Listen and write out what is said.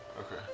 Okay